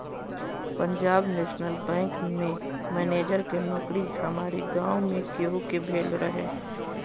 Punjab national bank में manager के नोकरी हमारी गांव में केहू के भयल रहे